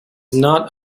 not